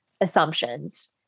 assumptions